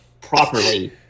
properly